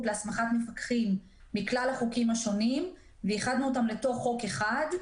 להסמכת מפקחים מכלל החוקים השונים ואיחדנו אותם לתוך חוק אחד,